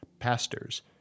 pastors